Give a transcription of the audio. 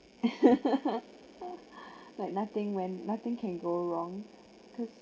like nothing when nothing can go wrong cause